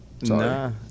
Nah